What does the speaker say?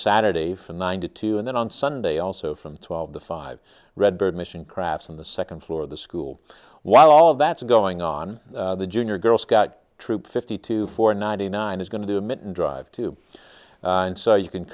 saturday from one to two and then on sunday also from twelve to five red bird mission crafts on the second floor of the school while all that's going on the junior girl scout troop fifty two for ninety nine is going to do a mitten drive to and so you can